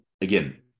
again